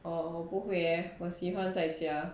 哦我不会 leh 我喜欢在家